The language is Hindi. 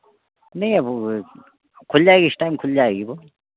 नहीं अब खुल जाएगी इस टाइम खुल जाएगी वह